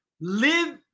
live